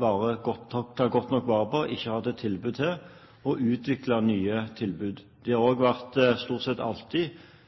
godt nok vare på, ikke hatt et tilbud til, og utviklet nye tilbud. De har også stort sett alltid